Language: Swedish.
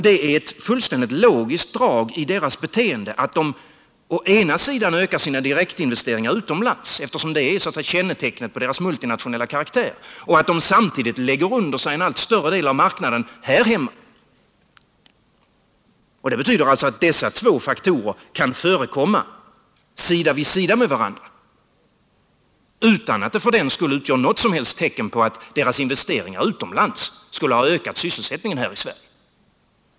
Det är då ett fullständigt logiskt drag i deras beteende att de å sin sida ökar sina direkta investeringar utomlands, eftersom det så att säga är kännetecknet på deras multinationella karaktär, medan de samtidigt lägger under sig en allt större del av marknaden här hemma. Det betyder alltså att dessa två faktorer kan förekomma sida vid sida med varandra utan att det för den skull utgör något som helst tecken på att deras investeringar utomlands skulle ha ökat sysselsättningen här i Sverige.